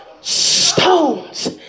stones